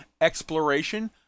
Exploration